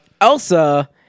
Elsa